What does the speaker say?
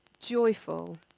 joyful